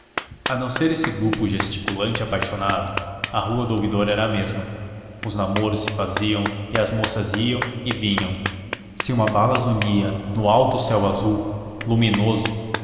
a não ser esse grupo gesticulante e apaixonado a rua do ouvidor era a mesma os namoros se faziam e as moças iam e vinham se uma bala zunia no alto céu azul luminoso